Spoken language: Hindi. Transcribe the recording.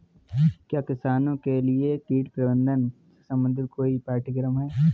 क्या किसानों के लिए कीट प्रबंधन से संबंधित कोई पाठ्यक्रम है?